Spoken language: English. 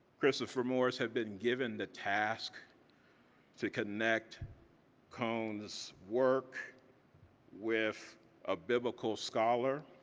christopher morse had been given the task to connect cone's work with a biblical scholar,